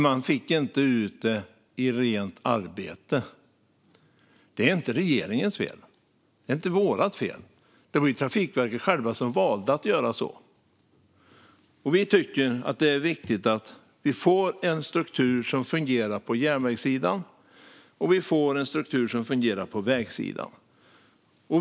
Man fick inte ut rent arbete för dem. Det är inte regeringens eller vårt fel. Det var Trafikverket självt som valde att göra så. Vi tycker att det är viktigt att vi får en struktur som fungerar på järnvägssidan och på vägsidan.